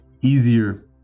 easier